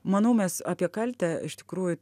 manau mes apie kaltę iš tikrųjų